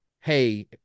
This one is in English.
hey